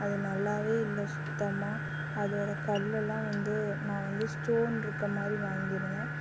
அது நல்லாவே இல்லை சுத்தமாக அதோடய கல்லுலா வந்து நான் வந்து ஸ்டோன்ருக்க மாதிரி வாங்கியிருந்தேன்